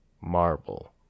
marble